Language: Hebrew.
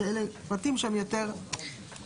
שאלה פרטים שהם יותר חיצוניים.